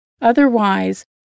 Otherwise